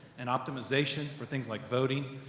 and optimization for things like voting?